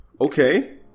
Okay